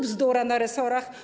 Bzdura na resorach.